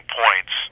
points